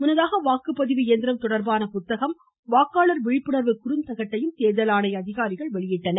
முன்னதாக வாக்குப்பதிவு இயந்திரம் தொடர்பான புத்தகம் வாக்காளர் விழிப்புணர்வு குறுந்தகட்டையும் தேர்தல் ஆணைய அதிகாரிகள் வெளியிட்டனர்